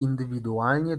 indywidualnie